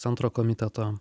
centro komiteto